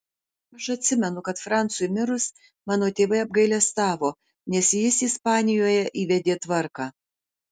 aš atsimenu kad francui mirus mano tėvai apgailestavo nes jis ispanijoje įvedė tvarką